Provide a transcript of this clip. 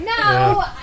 No